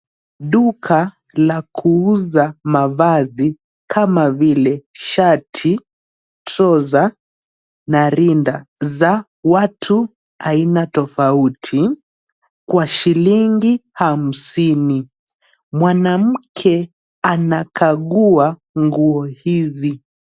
Duka la kuuza mavazi kama vile shati, trouser , na rinda za watu aina tofauti kwa shilingi hamsini mwanamke anakagua nguo hizi.